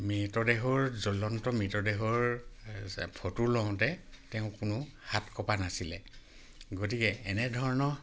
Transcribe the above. মৃতদেহৰ জ্বলন্ত মৃতদেহৰ ফটো লওতে তেওঁ কোনো হাত কপা নাছিলে গতিকে এনেধৰণৰ